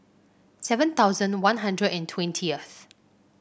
seven thousand One Hundred and twentyth